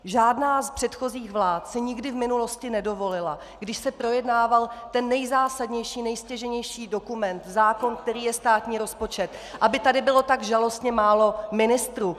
Žádná z předchozích vlád si nikdy v minulosti nedovolila, když se projednával ten nejzásadnější, nejstěžejnější dokument, zákon, kterým je státní rozpočet, aby tady bylo tak žalostně málo ministrů.